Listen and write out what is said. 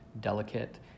delicate